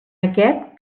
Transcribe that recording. aquest